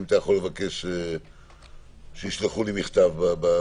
אם אתה יכול תבקש שישלחו לי מכתב בעניין